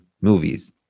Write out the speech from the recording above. movies